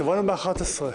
קבענו ב-11:00.